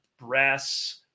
Brass